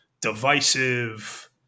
divisive